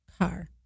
car